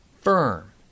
firm